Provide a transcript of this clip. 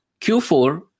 Q4